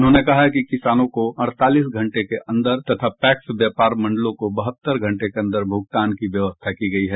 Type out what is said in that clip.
उन्होंने कहा कि किसानों को अड़तालीस घंटे के अंदर तथा पैक्स व्यापार मंडलों को बहत्तर घंटे के अंदर भुगतान की व्यवस्था की गई है